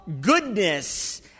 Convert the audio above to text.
goodness